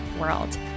World